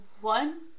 One